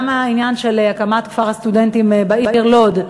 גם העניין של הקמת כפר הסטודנטים בעיר לוד,